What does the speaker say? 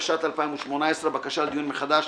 התשע"ט-2018 - בקשה לדיון מחדש,